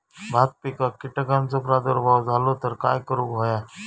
भात पिकांक कीटकांचो प्रादुर्भाव झालो तर काय करूक होया?